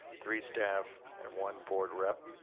three staff, and one board rep,